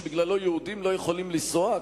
שבגללו יהודים לא יכולים לנסוע,